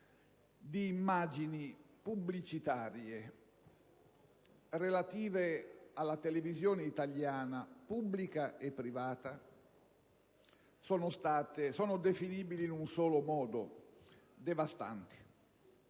di immagini pubblicitarie trasmesse dalla televisione italiana pubblica e privata sono definibili in un solo modo: devastanti.